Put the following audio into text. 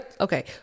okay